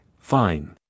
Fine